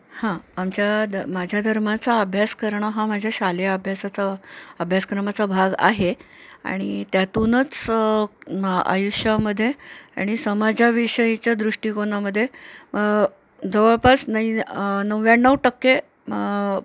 हां आमच्या द माझ्या धर्माचा अभ्यास करणं हा माझ्या शालेय अभ्यासाचा अभ्यासक्रमाचा भाग आहे आणि त्यातूनच मा आयुष्यामध्ये आणि समाजाविषयीच्या दृष्टिकोनामध्ये जवळपास नाही नव्याण्णव टक्के मं